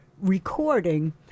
recording